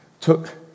took